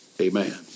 Amen